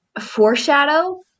foreshadow